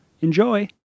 Enjoy